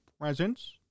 presence